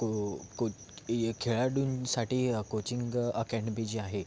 को कोच् खेळांडूसाठी coaching academy जी आहे